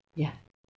yeah